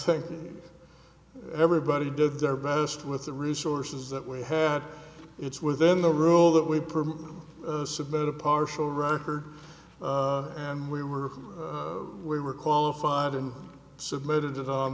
think everybody did their best with the resources that we had it's within the rule that we permit submit a partial record and we were we were qualified and submitted on